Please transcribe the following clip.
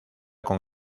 con